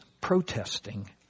protesting